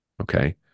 okay